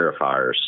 clarifiers